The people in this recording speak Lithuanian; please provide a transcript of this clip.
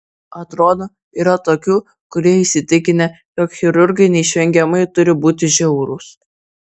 atrodo yra tokių kurie įsitikinę jog chirurgai neišvengiamai turi būti žiaurūs